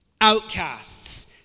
outcasts